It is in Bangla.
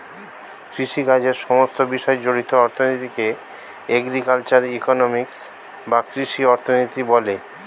কৃষিকাজের সমস্ত বিষয় জড়িত অর্থনীতিকে এগ্রিকালচারাল ইকোনমিক্স বা কৃষি অর্থনীতি বলে